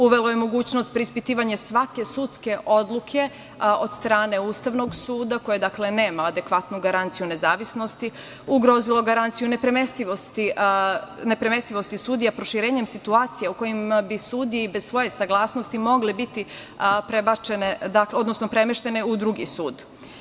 Uvelo je mogućnost preispitivanja svake sudske odluke od strane Ustavnog suda, koje, dakle, nema adekvatnu garanciju nezavisnosti, ugrozilo garanciju nepremestivosti sudija proširenjem situacija u kojima bi sudije i bez svoje saglasnosti mogle biti premeštene u drugi sud.